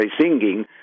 singing